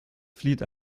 flieht